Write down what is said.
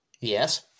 Yes